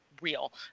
real